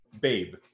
Babe